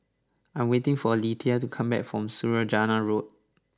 I am waiting for Alethea to come back from Saujana Road